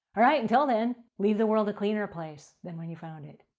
all right, until then, leave the world a cleaner place than when you found it.